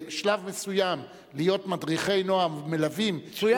בשלב מסוים להיות מדריכי נוער, מלווים, מצוין.